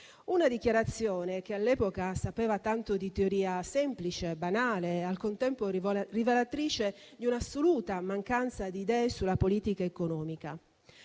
una dichiarazione che all'epoca sapeva tanto di teoria semplice e banale, al contempo rivelatrice di un'assoluta mancanza di idee sulla politica economica.